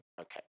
Okay